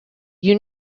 you